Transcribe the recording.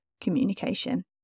communication